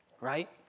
right